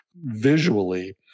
visually